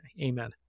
Amen